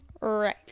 Right